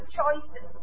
choices